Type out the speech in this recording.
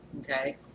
Okay